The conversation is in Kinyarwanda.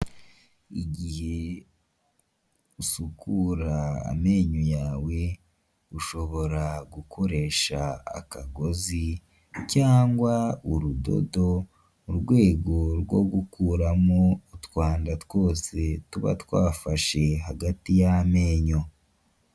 Igihe usukura amenyo yawe, ushobora gukoresha akagozi, cyangwa urudodo, mu rwego rwo gukuramo twanda twose tuba twafashe hagati y'amenyo.